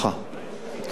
תודה רבה.